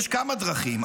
יש כמה דרכים,